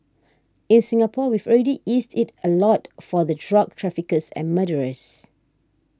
in Singapore we've already eased it a lot for the drug traffickers and murderers